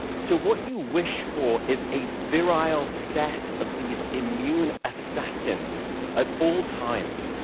so what you wish for is a virile set of these immune assassins at all times,